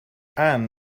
ann